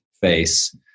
face